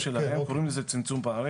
לא, זה השוטף שלנו, קוראים לזה צמצום פערים.